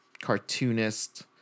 cartoonist